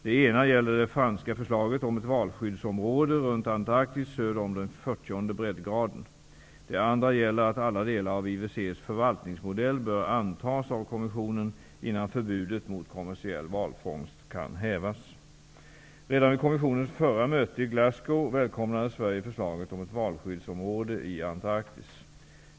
Det ena gäller det franska förslaget om ett valskyddsområde runt Antarktis söder om den 40:e breddgraden. Det andra gäller att alla delar av IWC:s förvaltningsmodell bör antas av kommissionen, innan förbudet mot kommersiell valfångst kan hävas. Redan vid kommissionens förra möte i Glasgow välkomnade Sverige förslaget om ett valskyddsområde i Antarktis.